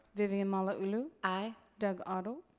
vivian malauulu? aye. doug otto?